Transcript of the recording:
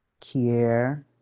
Kier